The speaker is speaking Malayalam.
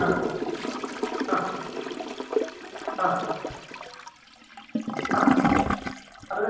ആ ആ ആ ആ അത്